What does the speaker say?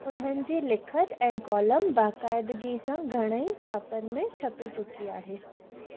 उन्हनि जी लिखति ऐं कॉलम बाक़ाइदिगी सां घणेई छापनि में छपी चुकी आहे